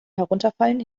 herunterfallen